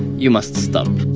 you must stop.